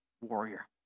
warrior